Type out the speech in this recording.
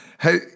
Hey